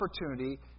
opportunity